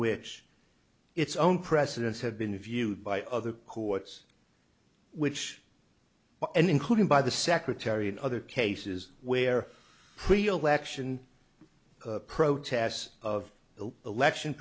which its own precedents have been reviewed by other courts which and including by the secretary and other cases where real action protests of the election